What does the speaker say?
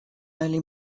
early